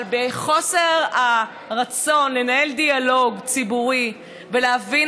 אבל בחוסר הרצון לנהל דיאלוג ציבורי ולהבין